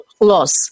loss